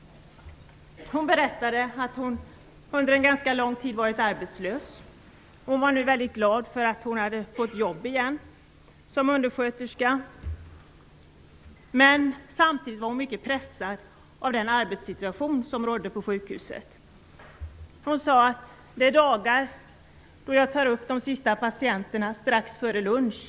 Hon berättade att hon under ganska lång tid varit arbetslös. Hon var mycket glad för att hon nu hade fått jobb igen som undersköterska, men hon var samtidigt mycket pressad av den arbetssituation som rådde på sjukhuset. Hon sade att det finns dagar då hon tar upp de sista patienterna strax före lunch.